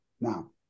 now